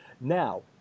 Now